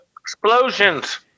explosions